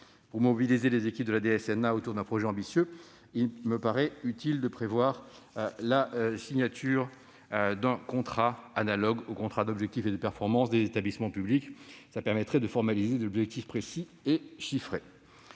Pour mobiliser les équipes de la DSNA autour d'un projet ambitieux, il me semble utile de prévoir la signature d'un contrat analogue aux contrats d'objectifs et de performance des établissements publics. Cela permettrait de formaliser des objectifs précis et chiffrés.